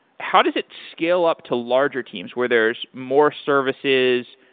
how does it scale up to larger teams where there's more services,